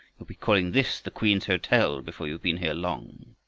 you'll be calling this the queen's hotel, before you've been here long!